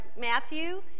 Matthew